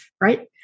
right